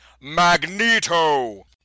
Magneto